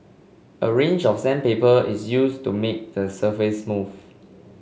a range of sandpaper is used to make the surface smooth